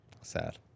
Sad